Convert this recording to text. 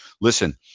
listen